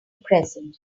present